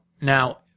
Now